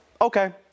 Okay